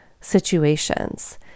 situations